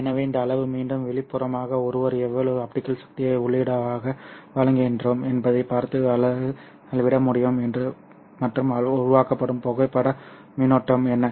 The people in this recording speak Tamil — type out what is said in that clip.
எனவே இந்த அளவு மீண்டும் வெளிப்புறமாக ஒருவர் எவ்வளவு ஆப்டிகல் சக்தியை உள்ளீடாக வழங்குகிறோம் என்பதைப் பார்த்து அளவிட முடியும் மற்றும் உருவாக்கப்படும் புகைப்பட மின்னோட்டம் என்ன